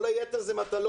כל היתר אלה מטלות.